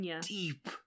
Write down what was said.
deep